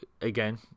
again